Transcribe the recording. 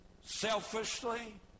Selfishly